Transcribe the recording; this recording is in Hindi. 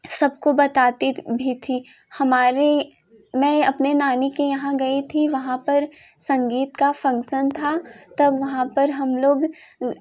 सबको बताती भी थी हमारे मैं अपने नानी के यहाँ गई थी वहाँ पर संगीत का फ़ँक्सन था तब वहाँ पर हम लोग